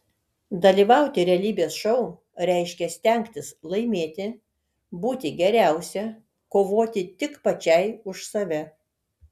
dalyvauti realybės šou reiškia stengtis laimėti būti geriausia kovoti tik pačiai už save